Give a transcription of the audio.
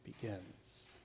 begins